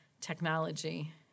technology